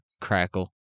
Crackle